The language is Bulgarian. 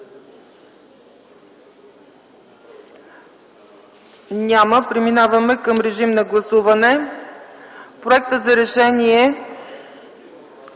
Няма. Преминаваме към режим на гласуване. Проектът за решение